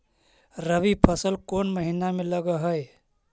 रबी फसल कोन महिना में लग है?